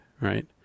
right